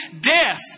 death